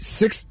six